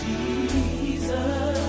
Jesus